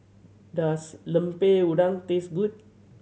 does Lemper Udang taste good